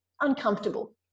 uncomfortable